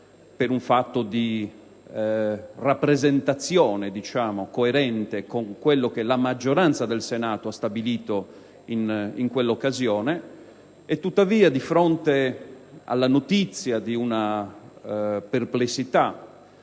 per un fatto di rappresentazione coerente con quello che a maggioranza esso ha stabilito in quell'occasione. Tuttavia, di fronte alla notizia di una perplessità